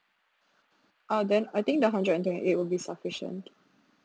uh then I think the hundred and twenty eight will be sufficient